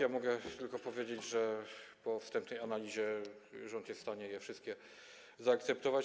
Ja mogę tylko powiedzieć, że po wstępnej analizie rząd jest w stanie je wszystkie zaakceptować.